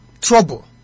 trouble